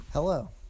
Hello